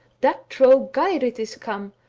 that troll geirrid is come!